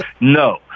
No